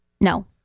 No